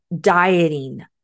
dieting